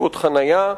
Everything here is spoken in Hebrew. מצוקות חנייה,